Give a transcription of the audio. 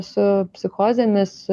su psichozėmis